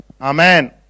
Amen